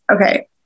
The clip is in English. Okay